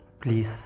please